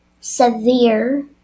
severe